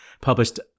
published